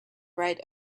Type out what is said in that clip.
right